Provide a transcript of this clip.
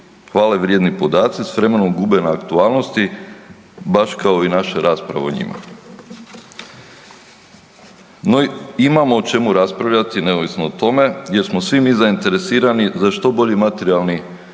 hvale vrijedni podaci s vremenom gube na aktualnosti baš kao i naša rasprava o njima. No imamo o čemu raspravljati, neovisno o tome jer smo svi mi zainteresirani za što bolji materijalni